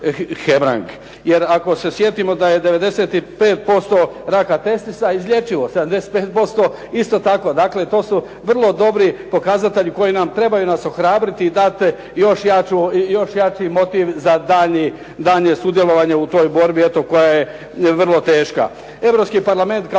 Jer ako se sjetimo da je 95% raka testisa izlječivo, 75% isto tako, dakle to su vrlo dobri pokazatelji i koji trebaju nam dati još jači motiv za daljnje sudjelovanje u toj borbi koja je vrlo teška.